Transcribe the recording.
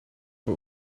but